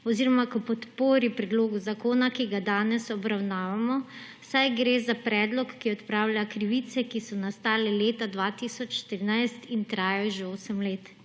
oziroma k podpori predloga zakona, ki ga danes obravnavamo, saj gre za predlog, ki odpravlja krivice, ki so nastale leta 2013 in trajajo že osem let.